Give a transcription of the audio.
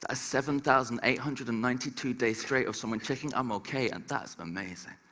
ah seven thousand eight hundred and ninety two days straight of someone checking i'm okay, and that's amazing.